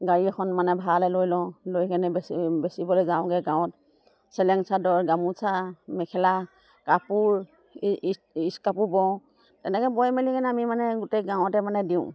গাড়ী এখন মানে ভাড়ালৈ লৈ লওঁ লৈ কেনে বেচি বেচিবলৈ যাওঁগৈ গাঁৱত চেলেং চাদৰ গামোচা মেখেলা কাপোৰ কাপোৰ বওঁ তেনেকৈ বৈ মেলি কিনে আমি মানে গোটেই গাঁৱতে মানে দিওঁ